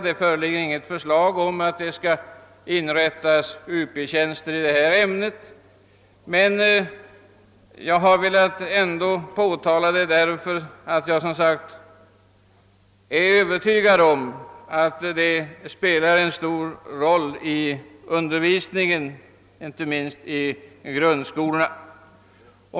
Det föreligger inget förslag att det skall inrättas Uptjänster i slöjd, men jag har ändå velat beröra saken, eftersom jag är övertygad om att ämnet spelar en stor roll :i undervisningen, inte minst i grundskolorna.